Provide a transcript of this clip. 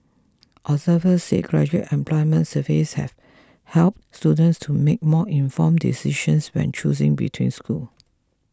observers said graduate employments surveys help help students to make more informed decisions when choosing between schools